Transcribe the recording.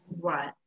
Right